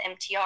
mtr